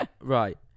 Right